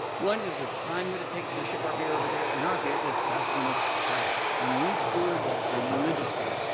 one is the time that it takes to ship our beer over there, and our beer is best when it's fresh and we steward that religiously.